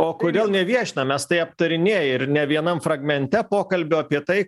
o kodėl neviešina mes tai aptarinėję ir ne vienam fragmente pokalbio apie tai